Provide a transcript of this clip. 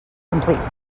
complete